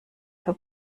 für